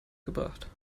gebracht